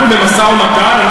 אנחנו במשא-ומתן.